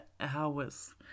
hours